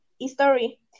history